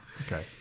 Okay